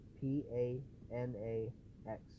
P-A-N-A-X